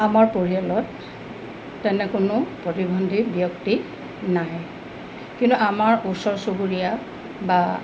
আমাৰ পৰিয়ালত তেনে কোনো প্ৰতিবন্ধী ব্যক্তি নাই কিন্তু আমাৰ ওচৰ চুবুৰীয়া বা